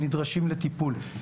נדרשים לטיפול.